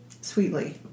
sweetly